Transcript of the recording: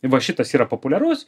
ir va šitas yra populiarus